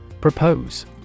Propose